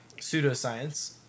Pseudoscience